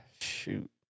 shoot